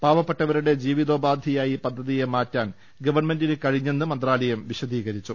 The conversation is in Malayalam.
പാവപ്പെട്ടവരുടെ ജീവിതോപാധിയായി പദ്ധതിയെ മാറ്റാൻ ഗവൺമെന്റിന് കഴിഞ്ഞെന്ന് മന്ത്രാലയം വിശദീകരിച്ചു